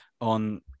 on